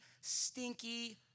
stinky